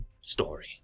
story